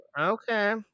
Okay